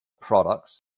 products